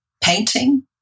painting